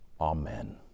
Amen